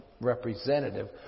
representative